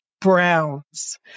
browns